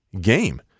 game